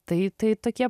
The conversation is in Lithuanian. tai tai tokie